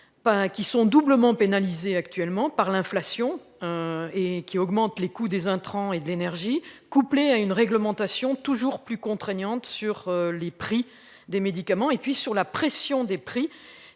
qui sont doublement pénalisés actuellement par l'inflation. Et qui augmente les coûts des intrants et de l'énergie couplée à une réglementation toujours plus contraignantes sur les prix des médicaments et puis sur la pression des prix